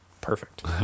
perfect